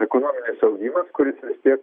ekonominis augimas kuris vis tiek